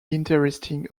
interesting